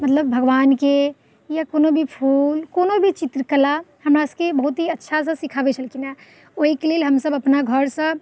मतलब भगवानके या कोनो भी फूल कोनो भी चित्रकला हमरासबके बहुत ही अच्छासँ सिखाबै छलखिन हेँ ओहिके लेल हमसब अपना घरसँ